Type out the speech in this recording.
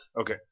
okay